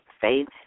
faith